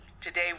Today